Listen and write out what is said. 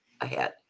ahead